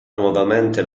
nuovamente